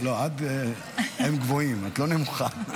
הם גבוהים, את לא נמוכה.